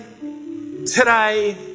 today